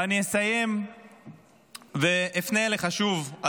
ואני אסיים ואפנה אליך שוב,